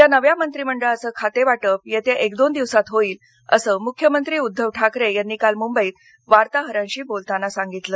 या नव्या मंत्रीमंडळाचं खातेवाटप येत्या एक दोन दिवसात होईल असं मुख्यमंत्री उद्धव ठाकरे यांनी काल मुंबईत वार्ताहरांशी बोलताना सांगितलं